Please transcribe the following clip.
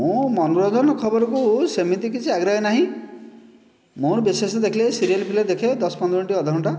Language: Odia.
ମୁଁ ମନୋରଞ୍ଜନ ଖବରକୁ ସେମିତି କିଛି ଆଗ୍ରହ ନାହିଁ ମୋର ବିଶେଷ ଦେଖିଲେ ଏଇ ସିରିଏଲ ଫିରିଏଲ ଦେଖେ ଦଶ ପନ୍ଦର ମିନିଟ୍ ଅଧଘଣ୍ଟା